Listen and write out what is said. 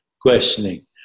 questioning